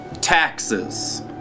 taxes